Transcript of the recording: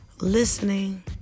listening